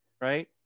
right